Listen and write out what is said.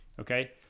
Okay